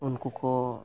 ᱩᱱᱠᱩ ᱠᱚ